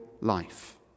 life